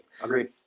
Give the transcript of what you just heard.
Agreed